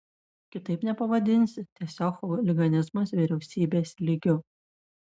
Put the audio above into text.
kitaip nepavadinsi tiesiog chuliganizmas vyriausybės lygiu